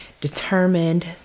determined